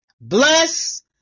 Bless